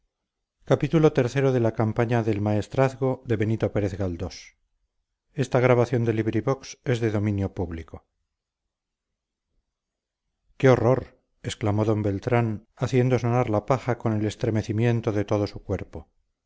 qué horror exclamó d beltrán haciendo sonar la paja con el estremecimiento de todo su cuerpo